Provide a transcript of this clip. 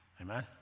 amen